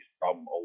problem